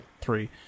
three